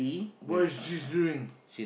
boy she's doing